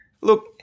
look